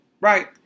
Right